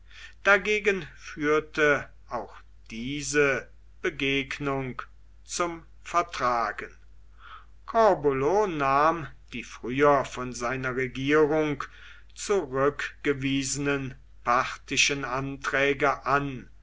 dagegen führte auch diese begegnung zum vertragen corbulo nahm die früher von seiner regierung zurückgewiesenen parthischen anträge an